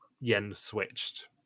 yen-switched